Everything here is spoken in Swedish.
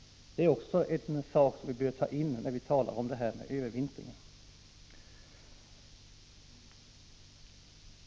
Detta bör vi hålla i minnet när vi talar om övervintringen.